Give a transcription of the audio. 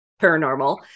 paranormal